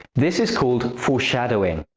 this is called foreshadowing.